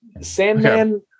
Sandman